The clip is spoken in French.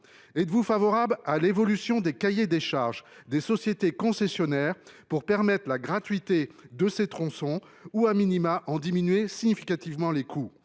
êtes vous favorable à l’évolution des cahiers des charges des sociétés concessionnaires pour permettre la gratuité de ces tronçons, ou en diminuer significativement les coûts ?